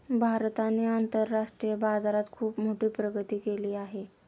भारताने आंतरराष्ट्रीय बाजारात खुप मोठी प्रगती केली आहे